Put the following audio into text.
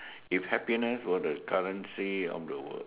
if happiness were the currency of the world